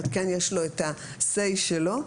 כן יש לו את ה'סיי' שלו,